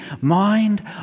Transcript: mind